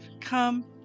Come